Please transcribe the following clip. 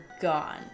gone